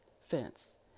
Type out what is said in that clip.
fence